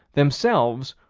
themselves,